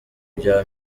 bya